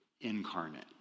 incarnate